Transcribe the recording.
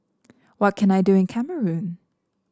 what can I do in Cameroon